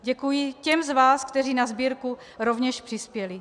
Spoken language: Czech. Děkuji těm z vás, kteří na sbírku rovněž přispěli.